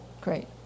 great